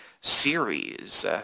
series